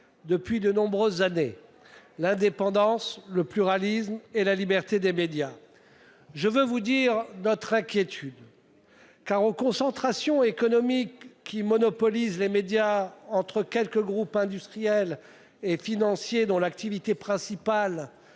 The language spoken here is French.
durant de nombreuses années : l'indépendance, le pluralisme et la liberté des médias. Je veux vous dire notre inquiétude. À la faveur des concentrations économiques, qui monopolisent les médias aux mains de quelques groupes industriels et financiers, dont l'activité principale